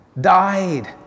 died